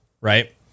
Right